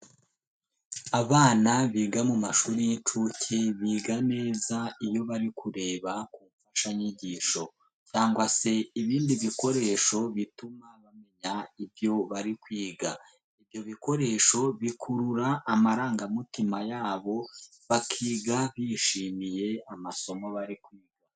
Abana biga mu mashuri y'incuke biga neza iyo bari kureba ku mfashanyigisho cyangwa se ibindi bikoresho bituma bamenya ibyo bari kwiga. Ibikoresho bikurura amarangamutima yabo bakiga bishimiye amasomo bari kwiga.